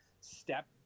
step